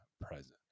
present